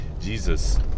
Jesus